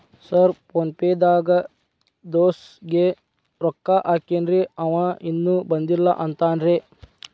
Sir PhonePe ದಾಗ ದೋಸ್ತ್ ಗೆ ರೊಕ್ಕಾ ಹಾಕೇನ್ರಿ ಅಂವ ಇನ್ನು ಬಂದಿಲ್ಲಾ ಅಂತಾನ್ರೇ?